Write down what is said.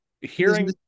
Hearing